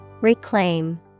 reclaim